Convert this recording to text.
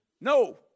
No